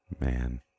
Man